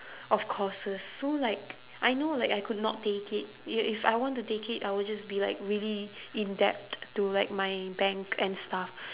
of courses so like I know like I could not take it i~ if I want to take it I would just be like really in debt to like my bank and stuff